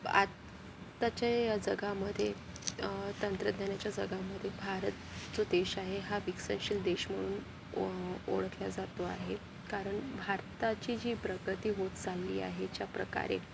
आत्ताच्या या जगामध्ये तंत्रज्ञानाच्या जगामध्ये भारत जो देश आहे हा विकसनशील देश म्हणून ओ ओळखला जातो आहे कारण भारताची जी प्रगती होत चालली आहे ज्या प्रकारे